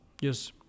Yes